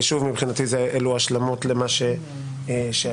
שוב, מבחינתו אלו השלמות למה שהיה.